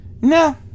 No